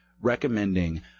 recommending